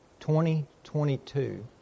2022